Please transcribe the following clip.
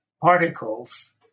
particles